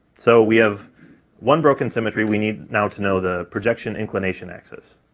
so we have one broken symmetry, we need now to know the projection inclination axis.